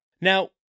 Now